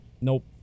Nope